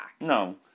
No